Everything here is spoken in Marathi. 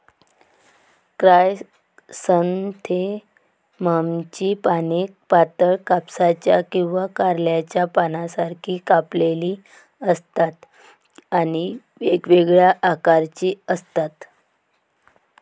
क्रायसॅन्थेममची पाने पातळ, कापसाच्या किंवा कारल्याच्या पानांसारखी कापलेली असतात आणि वेगवेगळ्या आकाराची असतात